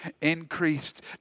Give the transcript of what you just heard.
increased